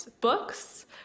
books